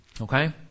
Okay